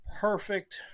perfect